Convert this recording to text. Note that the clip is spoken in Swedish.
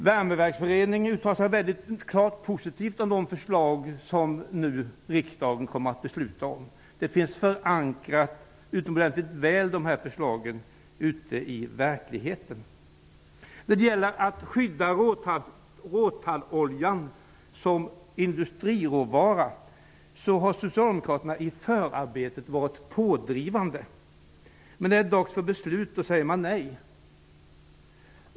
Värmeverksföreningen uttalar sig klart positivt om de förslag som riksdagen nu kommer att fatta beslut om. De här förslagen är utomordentligt väl förankrade i verkligheten. När det gäller att skydda råtalloljan som industriråvara har Socialdemokraterna under förarbetet varit pådrivande. Men när det är dags för beslut säger man nej.